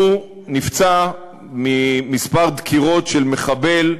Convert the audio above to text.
הוא נפצע מכמה דקירות של מחבל,